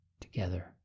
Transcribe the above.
together